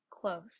close